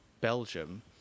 Belgium